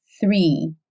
three